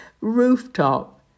rooftop